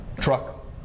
Truck